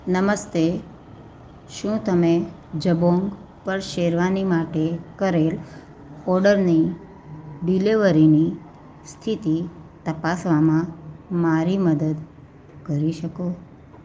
નમસ્તે શું તમે જબોંગ પર શેરવાની માટે કરેલ ઓર્ડરની ડિલિવરીની સ્થિતિ તપાસવામાં મારી મદદ કરી શકો